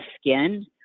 skin